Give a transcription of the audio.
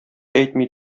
әйтми